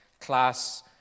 class